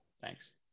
Thanks